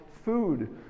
food